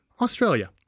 australia